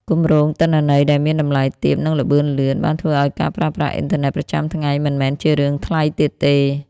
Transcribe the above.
គម្រោងទិន្នន័យដែលមានតម្លៃទាប និងល្បឿនលឿន បានធ្វើឲ្យការប្រើប្រាស់អ៊ីនធឺណិតប្រចាំថ្ងៃមិនមែនជារឿងថ្លៃទៀតទេ។